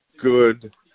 good